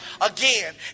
again